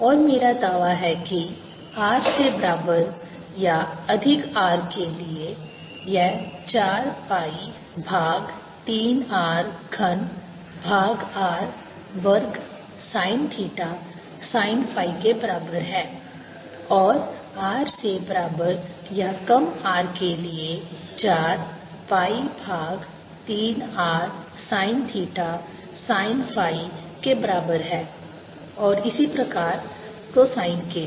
और मेरा दावा है कि r से बराबर या अधिक R के लिए यह 4 पाई भाग 3 R घन भाग r वर्ग sin थीटा sin फाई के बराबर है और r से बराबर या कम R के लिए 4 पाई भाग 3 r sin theta sin phi के बराबर है और इसी प्रकार cosine के लिए